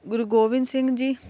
ਗੁਰੂ ਗੋਬਿੰਦ ਸਿੰਘ ਜੀ